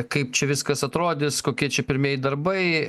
kaip čia viskas atrodys kokie čia pirmieji darbai